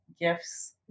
Gifts